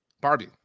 Barbie